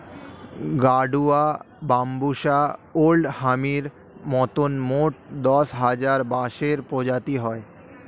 গাডুয়া, Bambusa oldhamii মতন মোট দশ হাজার বাঁশের প্রজাতি হয়